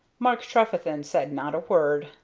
mark trefethen said not a word,